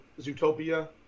Zootopia